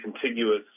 contiguous